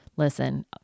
Listen